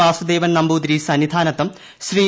വാസുദേവൻ നമ്പൂതിരി സന്നിധാനത്തും ശ്രീ